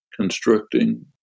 constructing